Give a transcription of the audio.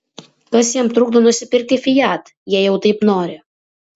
kas jam trukdo nusipirkti fiat jei jau taip nori